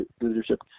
leadership